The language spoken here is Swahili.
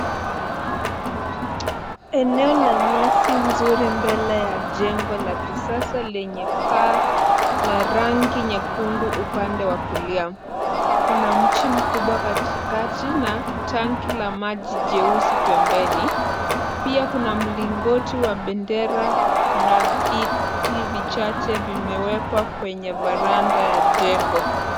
Eneo la nyasi nzuri mbele ya jengo la kisasa lenye paa la rangi nyekundu upande wa kulia. Kuna mti mkubwa katikati na tanki la maji jeusi pembeni. Pia kuna mlingoti wa bendera na viti vichache vimewekwa kwenye varanda ya jengo.